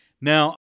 Now